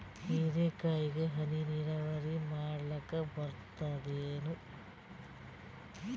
ಹೀರೆಕಾಯಿಗೆ ಹನಿ ನೀರಾವರಿ ಮಾಡ್ಲಿಕ್ ಬರ್ತದ ಏನು?